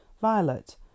Violet